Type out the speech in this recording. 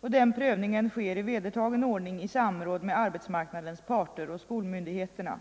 Den prövningen sker i vedertagen ordning i samråd med arbetsmarknadens parter och skolmyndigheterna.